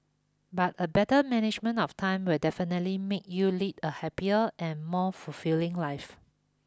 but a better management of time will definitely make you lead a happier and more fulfilling life